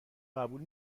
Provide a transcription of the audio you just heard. قبول